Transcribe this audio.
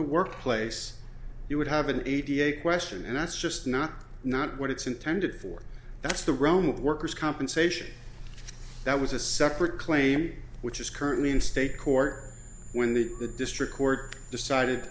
workplace you would have an eighty eight question and that's just not not what it's intended for that's the realm of workers compensation that was a separate claim which is currently in state court when the district court decided